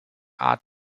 art